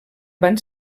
van